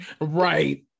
Right